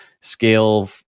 scale